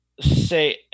say